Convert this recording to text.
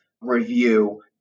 review